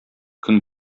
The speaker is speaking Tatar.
көн